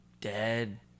dead